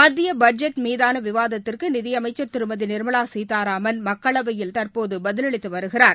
மத்தியபட்ஜெட் மீதானவிவாதத்திற்குநிதிஅமைச்சர் திருமதிநி்மலாசீதாராமன் மக்களவையில் தற்போதுபதிலளித்துவருகிறார்